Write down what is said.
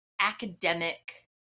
academic